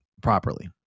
properly